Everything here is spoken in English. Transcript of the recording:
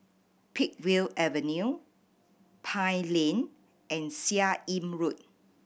Peakville Avenue Pine Lane and Seah Im Road